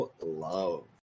love